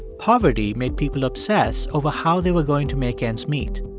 poverty made people obsess over how they were going to make ends meet,